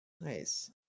Nice